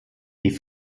die